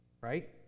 right